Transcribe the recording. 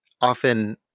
often